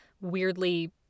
weirdly